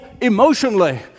emotionally